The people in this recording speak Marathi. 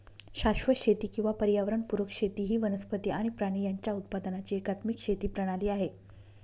शाश्वत शेती किंवा पर्यावरण पुरक शेती ही वनस्पती आणि प्राणी यांच्या उत्पादनाची एकात्मिक शेती प्रणाली आहे